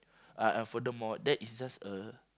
uh and furthermore that is just a